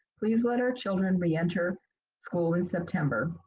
please let our children reenter school in september.